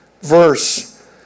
verse